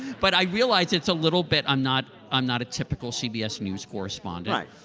but i realize it's a little bit i'm not i'm not a typical cbs news correspondent.